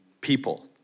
people